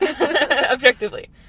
Objectively